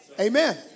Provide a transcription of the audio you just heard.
Amen